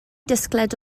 disgled